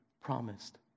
promised